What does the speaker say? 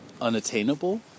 unattainable